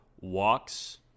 walks